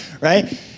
right